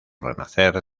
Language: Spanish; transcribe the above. renacer